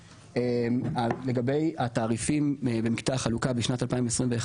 לגבי התעריפים במקטע החלוקה בשנת 2021,